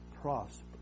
prosper